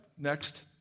Next